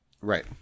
right